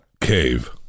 cave